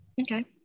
Okay